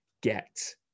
get